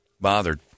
bothered